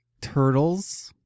turtles